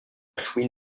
ashwin